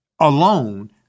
alone